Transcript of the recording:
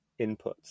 inputs